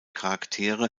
charaktere